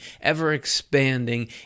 ever-expanding